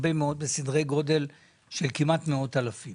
יש סדר גודל של כמעט מאות אלפים